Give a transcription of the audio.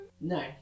No